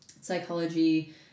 psychology